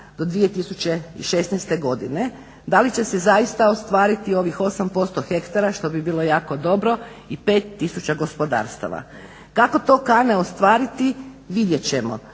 do 2016. godine, da li će se zaista ostvariti ovih 8% hektara što bi bilo jako dobro i 5 tisuća gospodarstava. Kako to …/Govornik se ne